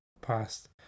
past